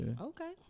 Okay